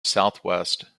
southwest